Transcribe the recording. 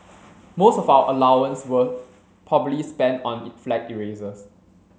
most of our allowance were probably spent on flag erasers